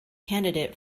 candidate